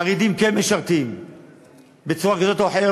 חרדים כן משרתים בצורה כזאת או אחרת,